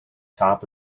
top